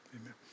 Amen